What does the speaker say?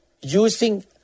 using